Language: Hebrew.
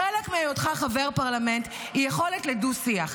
חלק מהיותך חבר פרלמנט היא יכולת לדו-שיח.